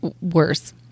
Worse